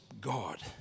God